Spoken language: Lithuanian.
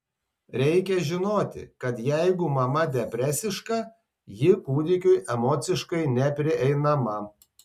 reikia žinoti kad jeigu mama depresiška ji kūdikiui emociškai neprieinama